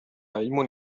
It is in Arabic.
علم